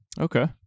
Okay